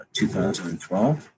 2012